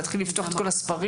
להתחיל לפתוח את כל הספרים,